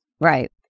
Right